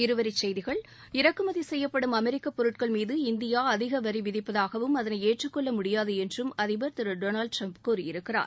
இருவரி செய்திகள் இறக்குமதி செய்யப்படும் அமெரிக்க பொருட்கள் மீது இந்தியா அதிக வரி விதிப்பதாகவும் அதனை ஏற்றுக்கொள்ள முடியாது என்றும் அதிபர் டொனால்ட் ட்ரம்ப் கூறியிருக்கிறார்